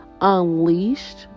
Unleashed